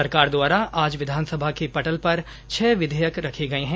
सरकार द्वारा आज विधानसभा के पटल पर छह विधेयक रखे गए हैं